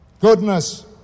goodness